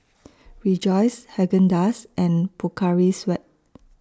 Rejoice Haagen Dazs and Pocari Sweat